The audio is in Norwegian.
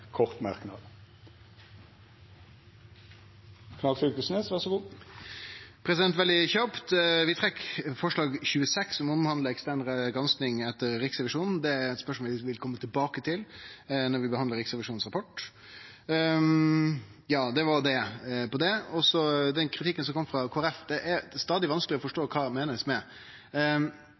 kort merknad, avgrensa til 1 minutt. Veldig kjapt: Vi trekkjer forslag nr. 26, som handlar om ekstern gransking etter Riksrevisjonen. Det er eit spørsmål vi vil kome tilbake til når vi behandlar Riksrevisjonens rapport. Det var det eine. Kritikken som kom frå Kristeleg Folkeparti, er det stadig vanskelegare å forstå kva ein meiner med.